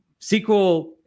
SQL